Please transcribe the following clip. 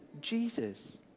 Jesus